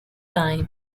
time